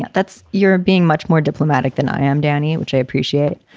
yeah that's you're being much more diplomatic than i am, danny. and which i appreciate.